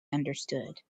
understood